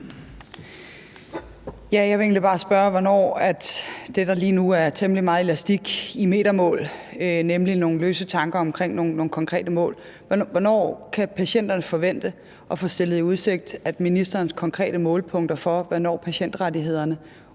egentlig bare spørge i forhold til det, der lige nu er temmelig meget elastik i metermål, nemlig nogle løse tanker omkring nogle konkrete mål. Hvornår kan patienterne forvente at få stillet i udsigt at se ministerens konkrete målepunkter for, hvornår patientrettighederne,